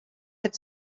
had